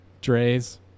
Dre's